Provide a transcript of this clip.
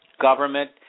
government